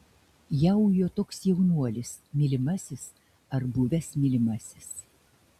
ją ujo toks jaunuolis mylimasis ar buvęs mylimasis